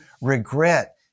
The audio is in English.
regret